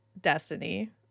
destiny